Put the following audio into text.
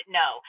no